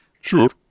Sure